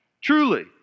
truly